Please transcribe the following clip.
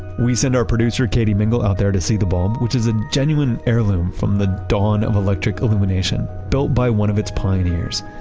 we sent our producer katie mingle out there to see the bulb, which is a genuine heirloom from the dawn of electric illumination built by one of its pioneers,